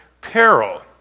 peril